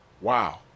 wow